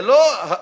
זאת אומרת,